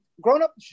Grown-up